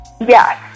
Yes